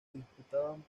disputaban